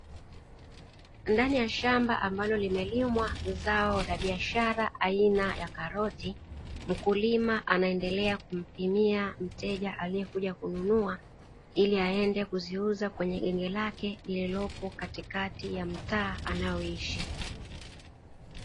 Ndani ya shamba ambalo limelimwa zao la biashara aina ya karoti, mkulima anaendelea kumpimia mteja aliyekuja kununua ili aende kuziuza kwenye genge lake lililopo katikati ya mtaa anaoishi.